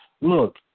Look